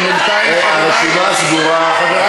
הרשימה סגורה.